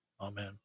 Amen